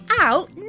out